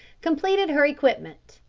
completed her equipment.